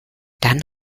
dann